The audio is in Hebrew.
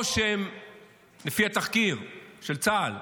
לפי התחקיר של צה"ל,